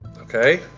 Okay